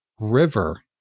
river